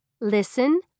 Listen